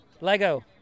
Lego